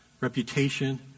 reputation